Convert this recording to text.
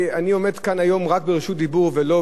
מכיוון שכמה דברים שחשבנו,